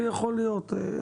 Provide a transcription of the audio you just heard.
ויכול להיות,